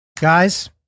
Guys